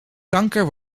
kanker